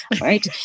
Right